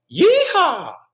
Yeehaw